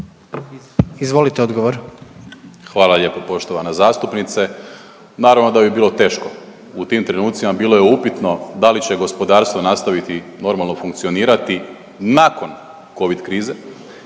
Marko** Hvala lijepo poštovana zastupnice. Naravno da bi bilo teško. U tim trenucima bilo je upitno da li će gospodarstvo nastaviti normalno funkcionirati nakon Covid krize